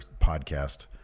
podcast